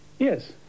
Yes